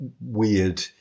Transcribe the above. weird